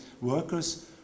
workers